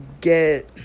get